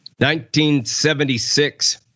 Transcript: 1976